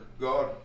God